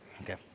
Okay